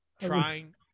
trying